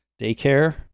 daycare